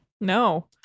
No